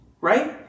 right